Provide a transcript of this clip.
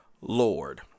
lord